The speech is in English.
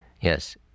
Yes